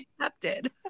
accepted